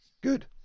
good